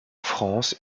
france